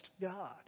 God